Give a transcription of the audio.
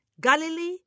Galilee